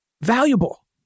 valuable